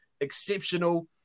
exceptional